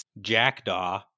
jackdaw